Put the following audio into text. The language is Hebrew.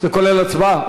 זה כולל הצבעה?